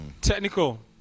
Technical